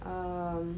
um